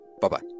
Bye-bye